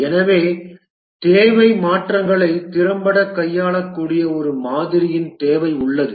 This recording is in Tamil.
எனவே தேவை மாற்றங்களை திறம்பட கையாளக்கூடிய ஒரு மாதிரியின் தேவை உள்ளது